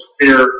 fear